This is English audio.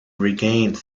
regained